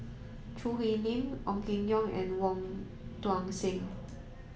Choo Hwee Lim Ong Keng Yong and Wong Tuang Seng